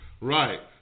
Right